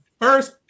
first